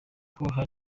aho